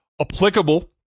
applicable